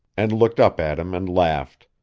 and looked up at him, and laughed.